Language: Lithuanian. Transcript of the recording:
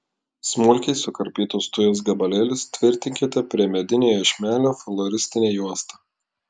smulkiai sukarpytus tujos gabalėlius tvirtinkite prie medinio iešmelio floristine juosta